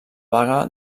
baga